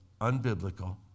unbiblical